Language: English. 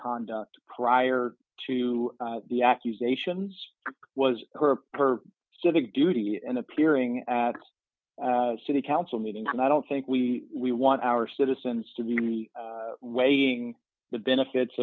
conduct prior to the accusations was her her civic duty and appearing at city council meeting and i don't think we we want our citizens to be weighing the benefits